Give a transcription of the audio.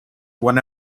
one